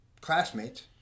classmates